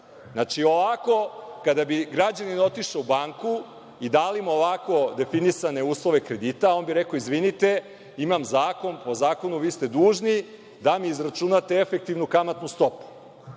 zaračunati. Ovako kada bi građanin otišao u banku i dali mu ovako definisane uslove kredita, on bi rekao – izvinite, imam zakon, po zakonu vi ste dužni da mi izračunate efektivnu kamatnu stopu.